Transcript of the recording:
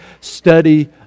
study